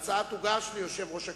ההצעה תוגש ליושב-ראש הכנסת.